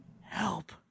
Help